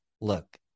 look